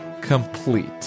complete